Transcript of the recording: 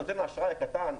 נותן האשראי הקטן,